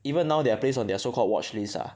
even now they are placed on their so called watch list ah